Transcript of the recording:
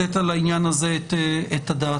הדעת.